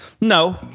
No